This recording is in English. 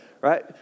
Right